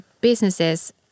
businesses